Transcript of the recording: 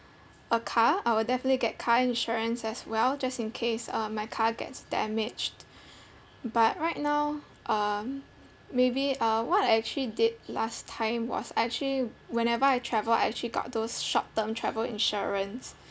a car I will definitely get car insurance as well just in case uh my car gets damaged but right now um maybe uh what I actually did last time was I actually whenever I travel I actually got those short term travel insurance